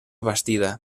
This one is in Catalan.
bastida